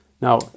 Now